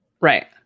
Right